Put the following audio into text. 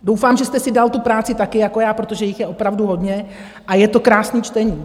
Doufám, že jste si dal tu práci taky jako já, protože jich je opravdu hodně a je to krásný čtení.